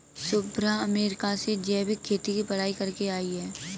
Shubhra America से जैविक खेती की पढ़ाई करके आई है